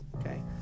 okay